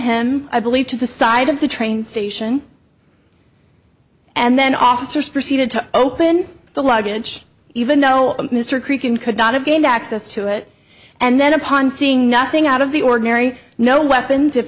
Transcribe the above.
him i believe to the side of the train station and then officers proceeded to open the luggage even though mr creek and could not have gained access to it and then upon seeing nothing out of the ordinary no weapons if